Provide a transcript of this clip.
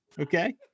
Okay